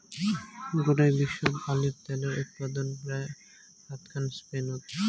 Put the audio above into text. গোটায় বিশ্বত অলিভ ত্যালের উৎপাদন পরায় আধঘান স্পেনত